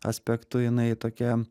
aspektu jinai tokia